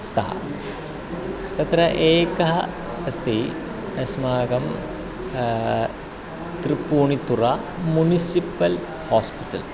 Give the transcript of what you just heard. स्तः तत्र एकः अस्ति अस्माकं त्रिपूणितुरा मुनिसिपल् हास्पिटल्